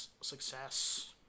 success